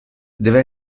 deve